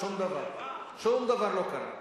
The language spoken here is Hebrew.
שום דבר לא קרה,